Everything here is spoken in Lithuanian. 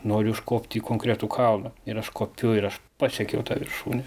noriu užkopt į konkretų kalną ir aš kopiu ir aš pasiekiau tą viršūnę